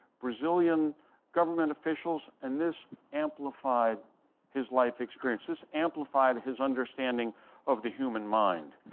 brazilian government officials, and this amplified his life experience. this amplified his understanding of the human mind.